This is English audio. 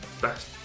best